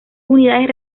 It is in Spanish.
unidades